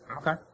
Okay